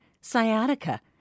sciatica